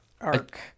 arc